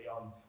on